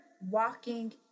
walking